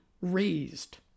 raised